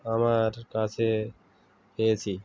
আমার কাছে পেয়েছি